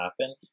happen